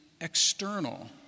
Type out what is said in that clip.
external